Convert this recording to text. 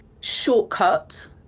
shortcut